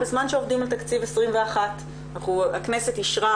בזמן שעובדים על תקציב 2021. הכנסת אישרה